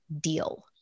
deal